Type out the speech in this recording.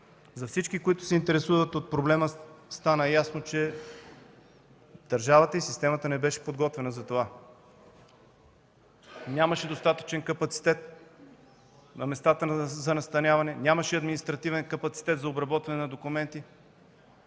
За всички, които се интересуват от проблема, стана ясно, че държавата и системата не беше подготвена за това. Нямаше достатъчно капацитет на местата за настаняване; нямаше административен капацитет за обработване на документи;